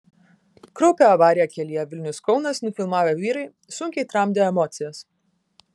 kraupią avariją kelyje vilnius kaunas nufilmavę vyrai sunkiai tramdė emocijas